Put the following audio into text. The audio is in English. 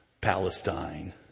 Palestine